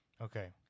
Okay